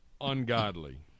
ungodly